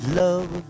love